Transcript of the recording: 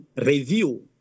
review